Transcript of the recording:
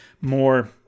more